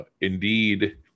indeed